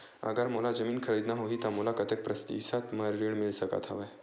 अगर मोला जमीन खरीदना होही त मोला कतेक प्रतिशत म ऋण मिल सकत हवय?